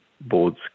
boards